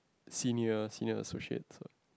senior senior associates ah